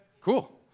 cool